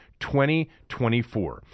2024